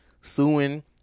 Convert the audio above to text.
suing